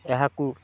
ଏହାକୁ